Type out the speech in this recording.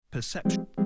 Perception